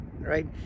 right